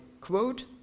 quote